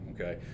okay